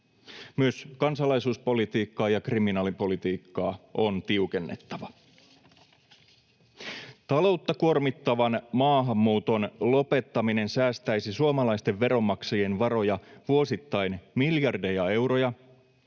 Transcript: Myös kansalaisuuspolitiikkaa ja kriminaalipolitiikkaa on tiukennettava. Taloutta kuormittavan maahanmuuton lopettaminen säästäisi suomalaisten veronmaksajien varoja vuosittain miljardeja euroja,